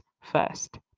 first